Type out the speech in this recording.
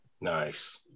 Nice